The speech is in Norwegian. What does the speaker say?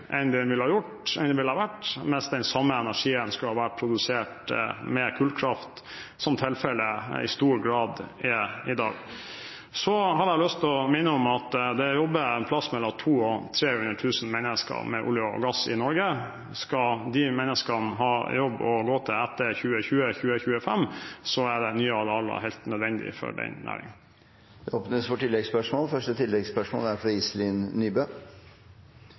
enn den ville ha vært hvis den samme energien hadde vært produsert med kullkraft, som tilfellet i stor grad er i dag. Så har jeg lyst til å minne om at det jobber et sted mellom 200 000 og 300 000 mennesker med olje og gass i Norge. Skal de menneskene ha jobb å gå til etter 2020–2025, er nye arealer helt nødvendig for den næringen. Det åpnes for oppfølgingsspørsmål – først Iselin Nybø. Dagens avtale er